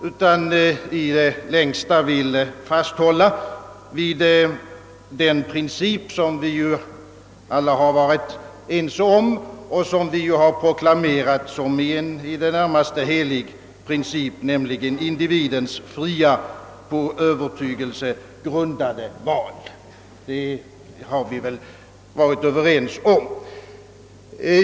Jag vill i stället i det längsta hålla fast vid den princip som vi alla varit ense om och som vi proklamerat som i det närmaste helig, nämligen individens fria, på övertygelse grundade val.